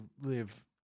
live